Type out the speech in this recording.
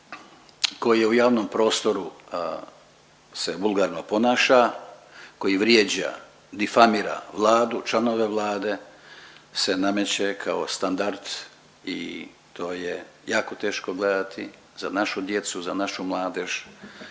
koji je u javnom prostoru se vulgarno ponaša, koji vrijeđa difamira Vladu, članove Vlade se nameće kao standard i to je jako teško gledati za našu djecu, za našu mladež